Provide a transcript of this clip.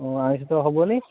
ହଁ ଆଇଁଷ ତ ହେବନି